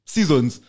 Seasons